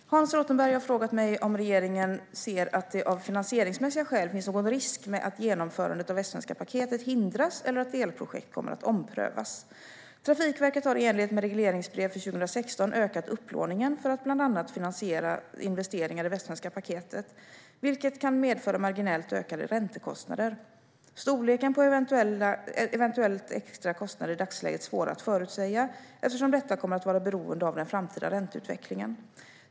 Fru talman! Hans Rothenberg har frågat mig om regeringen ser att det av finansieringsmässiga skäl finns någon risk med att genomförandet av Västsvenska paketet hindras eller att delprojekt kommer att omprövas. Trafikverket har i enlighet med regleringsbrev för 2016 ökat upplåningen för att bland annat finansiera investeringar i Västsvenska paketet, vilket kan medföra marginellt ökade räntekostnader. Storleken på eventuella extra kostnader är i dagsläget svåra att förutsäga eftersom detta kommer att vara beroende av den framtida ränteutvecklingen.